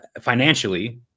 financially